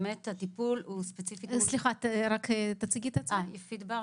שמי יפית בר,